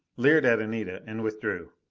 leered at anita and withdrew.